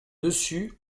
dessus